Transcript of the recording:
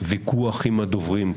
בוויכוח עם הדוברים.